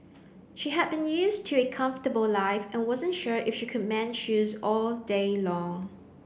she had been used to a comfortable life and wasn't sure if she could mend shoes all day long